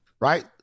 right